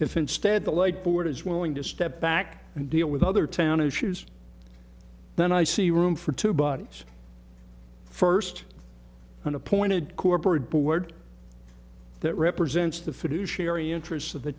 if instead the light board is willing to step back and deal with other town issues then i see room for two bodies first an appointed corporate board that represents the fiduciary interests of the